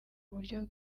buryo